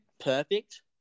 perfect